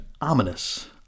ominous